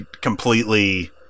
completely